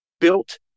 built